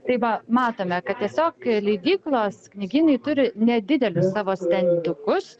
tai va matome kad tiesiog leidyklos knygynai turi nedidelius savo stendukus